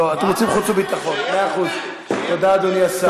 תודה, אדוני השר.